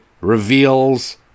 reveals